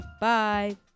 Bye